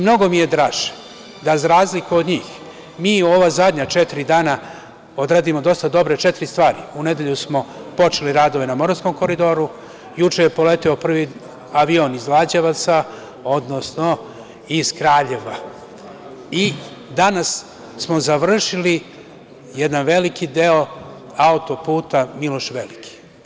Mnogo mi je draže da za razliku od njih, mi u ova poslednja četiri dana odradimo dosta dobre četiri stvari: u nedelju smo počeli radove na Moravskom koridoru, juče je poleteo prvi avion iz Lađevaca, odnosno iz Kraljeva, danas smo završili jedan veliki i bitan deo auto-puta "Miloš Veliki"